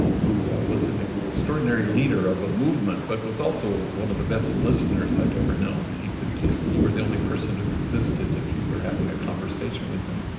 who was an extraordinary leader of a movement but was also one of the best listeners i'd ever known. he could just you were the only person who existed, if you were having a conversation with him.